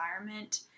environment